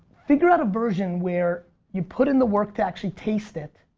figure out a version where you put in the work to actually taste it